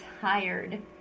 tired